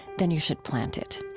then you should plant it.